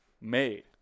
made